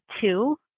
Two